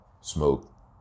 smoke